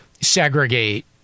segregate